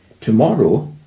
tomorrow